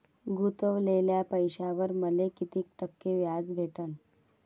गुतवलेल्या पैशावर मले कितीक टक्के व्याज भेटन?